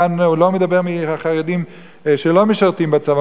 כאן הוא לא מדבר על החרדים שלא משרתים בצבא.